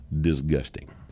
Disgusting